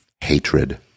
hatred